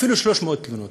אפילו 300 תלונות,